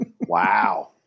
Wow